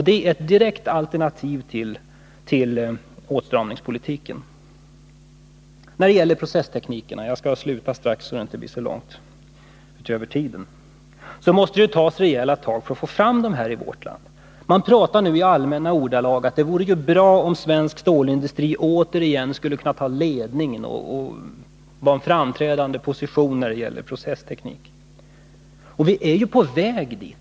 Det är ett direkt alternativ till åtstramningspolitiken. I fråga om processteknikerna — jag skall strax sluta, så att anförandet inte drar så långt över den anmälda tiden — måste det tas rejäla tag. Det pratas i allmänna ordalag om att det vore bra om svensk stålindustri återigen kunde ta ledningen och inta en framträdande position när det gäller processteknik. Viär ju på väg dit.